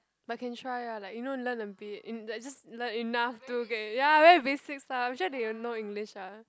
but can try ah like you know learn a bit in just like learn enough to get ya very basic stuff I'm sure they will know English ah